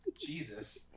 Jesus